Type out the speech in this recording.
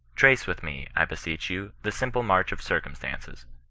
trace with me, i beseech you, the simple march of circumstances.